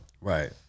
right